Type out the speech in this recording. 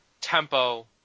tempo